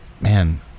man